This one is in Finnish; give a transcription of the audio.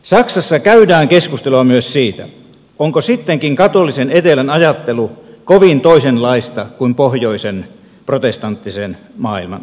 saksassa käydään keskustelua myös siitä onko sittenkin katolisen etelän ajattelu kovin toisenlaista kuin pohjoisen protestanttisen maailman ajattelu